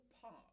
park